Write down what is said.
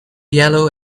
yellow